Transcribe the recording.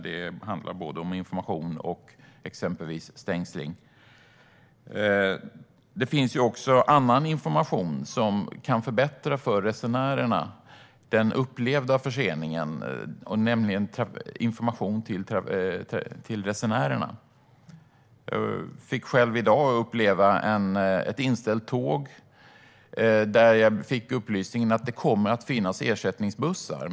Det handlar om information och exempelvis stängsling. Det finns också annan information som kan förbättra den upplevda förseningen för resenärerna. Jag fick själv i dag uppleva ett inställt tåg. Där fick jag upplysningen: Det kommer att finnas ersättningsbussar.